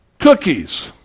cookies